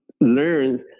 learns